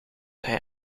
hij